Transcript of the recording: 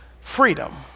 freedom